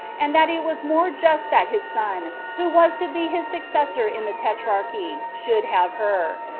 and that it was more just that his son, who was to be his successor in the tetrarchy, should have her.